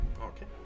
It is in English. okay